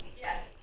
Yes